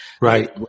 right